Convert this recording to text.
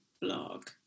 blog